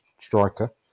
striker